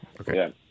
okay